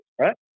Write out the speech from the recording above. right